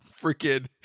freaking